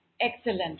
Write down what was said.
excellent